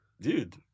Dude